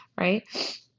right